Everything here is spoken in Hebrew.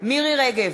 מירי רגב,